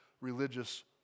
religious